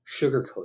sugarcoat